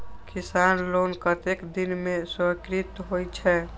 किसान लोन कतेक दिन में स्वीकृत होई छै?